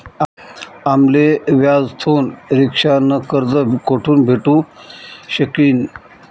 आम्ले व्याजथून रिक्षा न कर्ज कोठून भेटू शकीन